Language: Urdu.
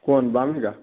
کون بام کا